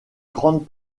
grande